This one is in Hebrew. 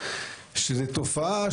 שזאת תופעה,